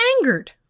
angered